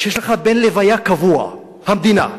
שיש לך בן-לוויה קבוע, המדינה.